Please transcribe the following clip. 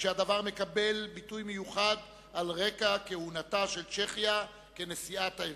כשהדבר מקבל ביטוי מיוחד על רקע כהונתה של צ'כיה כנשיאת הארגון.